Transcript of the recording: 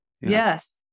Yes